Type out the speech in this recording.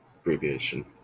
abbreviation